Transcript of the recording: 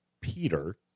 Peter